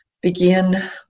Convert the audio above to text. begin